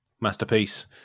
masterpiece